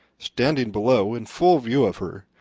standing below in full view of her,